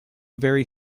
very